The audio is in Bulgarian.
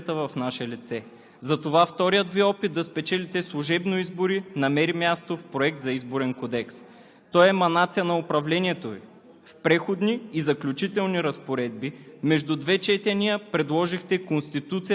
Този опит беше осъден и обезсмислен от гражданското общество и опозицията в наше лице. Затова вторият Ви опит да спечелите служебно избори намери място в Проект за Изборен кодекс. Той е еманация на управлението Ви.